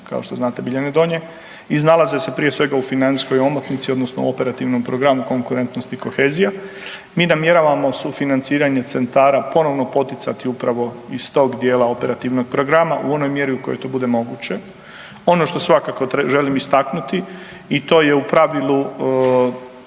kao što znate Biljane Donje, iznalaze se prije svega u financijskoj omotnici odnosno operativnom programu Konkurentnost i kohezija. Mi namjeravamo sufinanciranje centara ponovno poticati upravo iz tog dijela operativnog programa u onoj mjeru u kojoj to bude moguće. Ono što svakako želim istaknuti i to je u pravilu